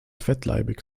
fettleibig